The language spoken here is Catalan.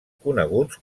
coneguts